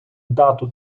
дату